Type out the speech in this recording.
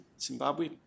Zimbabwe